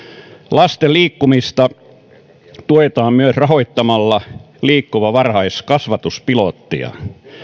lasten liikkumista tuetaan myös rahoittamalla liikkuva varhaiskasvatus pilottia